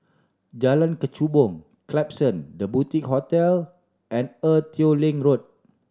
Jalan Kechubong Klapson The Boutique Hotel and Ee Teow Leng Road